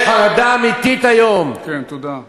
שיש חרדה אמיתית היום, כן, תודה.